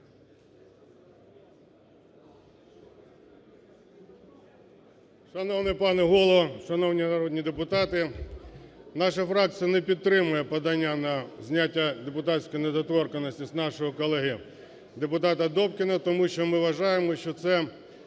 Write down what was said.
18:36:32 БОЙКО Ю.А. Шановні народні депутати! Наша фракція не підтримує подання на зняття депутатської недоторканності з нашого колеги депутата Добкіна, тому що ми вважаємо, що це